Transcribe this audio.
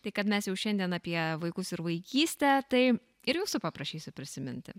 tai kad mes jau šiandien apie vaikus ir vaikystę tai ir jūsų paprašysiu prisiminti